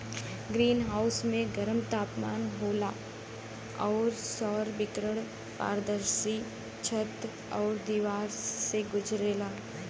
green house में गरम तापमान होला आउर सौर विकिरण पारदर्शी छत आउर दिवार से गुजरेला